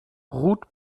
ruth